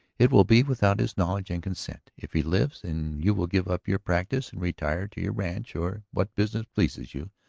it will be without his knowledge and consent. if he lives and you will give up your practice and retire to your ranch or what business pleases you,